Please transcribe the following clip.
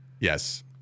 Yes